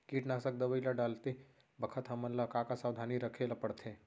कीटनाशक दवई ल डालते बखत हमन ल का का सावधानी रखें ल पड़थे?